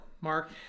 Mark